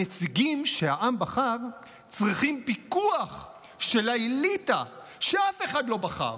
הנציגים שהעם בחר צריכים פיקוח של האליטה שאף אחד לא בחר.